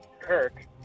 Kirk